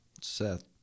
Seth